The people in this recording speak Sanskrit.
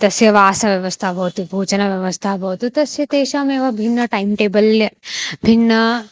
तस्य वासव्यवस्था भवति भोजनव्यवस्था भवतु तस्य तेषामेव भिन्नः टैम् टेबल् भिन्नः